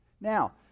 Now